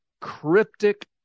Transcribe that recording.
cryptic